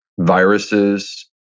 viruses